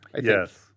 Yes